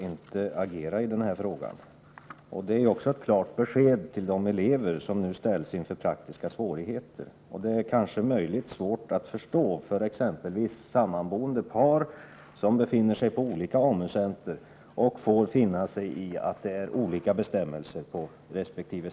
Minskningarna på avverkningarna ökar arbetslösheten bland skogsarbetarna. Samtidigt har länet ett stort antal skogsvägprojekt som är färdigplanerade och kostnadsberäknade.